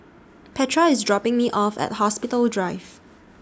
Petra IS dropping Me off At Hospital Drive